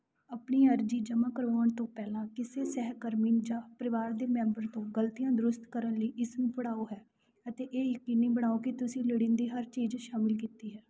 ਆਪਣੀ ਅਰਜ਼ੀ ਜਮ੍ਹਾਂ ਕਰਵਾਉਣ ਤੋਂ ਪਹਿਲਾਂ ਕਿਸੇ ਸਹਿਕਰਮੀ ਜਾਂ ਪਰਿਵਾਰ ਦੇ ਮੈਂਬਰ ਤੋਂ ਗ਼ਲਤੀਆਂ ਦਰੁਸਤ ਕਰਨ ਲਈ ਇਸ ਨੂੰ ਪੜ੍ਹਾਓ ਹੈ ਅਤੇ ਇਹ ਯਕੀਨੀ ਬਣਾਓ ਕਿ ਤੁਸੀਂ ਲੋੜੀਂਦੀ ਹਰ ਚੀਜ਼ ਸ਼ਾਮਲ ਕੀਤੀ ਹੈ